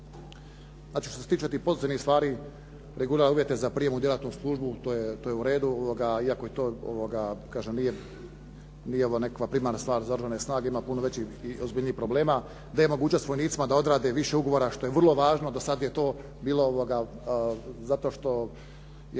A što se tiče tih pozitivnih stvari, reguliraju uvjete za prijem u djelatnu službu. To je uredu. Iako je to nije nekakva primarna stvar za Oružane snage. Ima puno većih i ozbiljnijih problema. Da je mogućnost vojnicima da odrade više ugovora što je vrlo važno. Do sada je to bilo zato što je